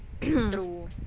true